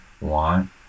want